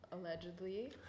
allegedly